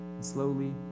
slowly